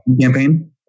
Campaign